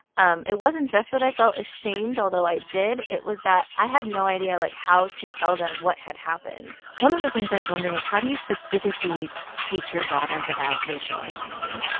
um it wasn't just that i felt ashamed, although i did. it was that i had no idea, like, how to tell them what had happened one of the things i was wondering is how do you specifically teach your daughters about racial identity?